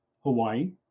Hawaii